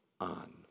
on